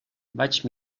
vaig